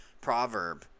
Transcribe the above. proverb